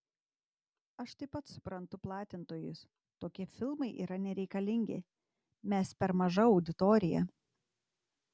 aš taip pat suprantu platintojus tokie filmai yra nereikalingi mes per maža auditorija